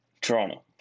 Toronto